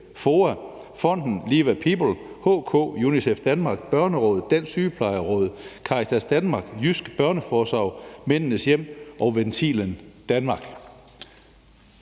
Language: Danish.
FOA, Fonden LivaPeople, HK, UNICEF Danmark, Børnerådet, Dansk Sygeplejeråd, Caritas Danmark, Jysk Børneforsorg, Mændenes Hjem og Ventilen Danmark.